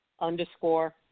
underscore